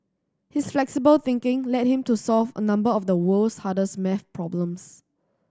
his flexible thinking led him to solve a number of the world's hardest math problems